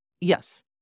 Yes